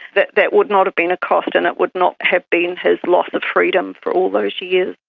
that that would not have been a cost and it would not have been his loss of freedom for all those years.